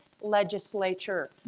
legislature